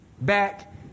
back